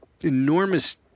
enormous